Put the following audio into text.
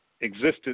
existed